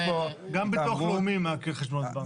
יש פה --- גם ביטוח לאומי מעקל חשבונות בנק.